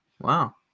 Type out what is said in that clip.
Wow